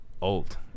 old